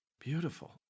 Beautiful